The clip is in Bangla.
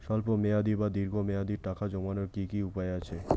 স্বল্প মেয়াদি বা দীর্ঘ মেয়াদি টাকা জমানোর কি কি উপায় আছে?